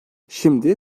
şimdi